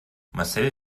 marcel